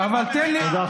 אבל תן לי,